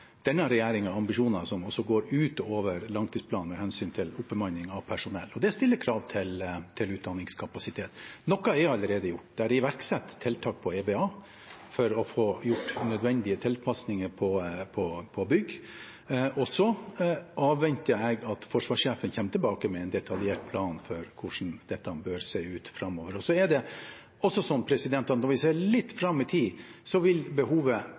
denne regjeringen ambisjoner som går utover langtidsplanen, med hensyn til oppbemanning av personell. Det stiller krav til utdanningskapasiteten. Noe er allerede gjort: Det er iverksatt tiltak for EBA, eiendom, bygg og anlegg, for å få gjort nødvendige tilpassinger på bygg. Så avventer jeg at forsvarssjefen kommer tilbake med en detaljert plan for hvordan dette bør se ut framover. Når vi ser litt framover i tid, vil behovet være tilbake på 200 offiserer. Så